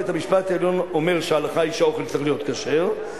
בית-המשפט אומר שהאוכל צריך להיות כשר,